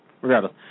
regardless